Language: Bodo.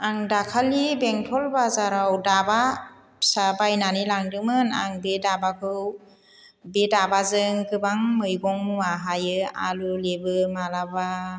आं दाखालि बेंथल बाजाराव दाबा फिसा बायनानै लांदोंमोन आं बे दाबाजों गोबां मैगं मा हायो आलु लेबो माब्लाबा